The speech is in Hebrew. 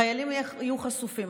חיילים יהיו חשופים.